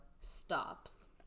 stops